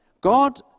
God